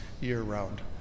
year-round